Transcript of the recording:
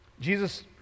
Jesus